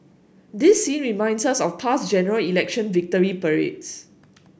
this scene reminds us of past General Election victory parades